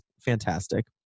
fantastic